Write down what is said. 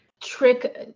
trick